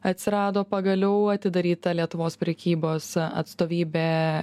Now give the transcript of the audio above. atsirado pagaliau atidaryta lietuvos prekybos atstovybė